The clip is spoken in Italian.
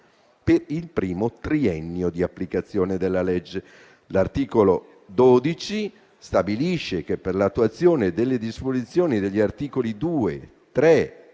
per il primo triennio di applicazione della legge.